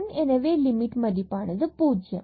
எனவே லிமிட் மதிப்பானது பூஜ்ஜியம் ஆகும்